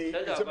נכון,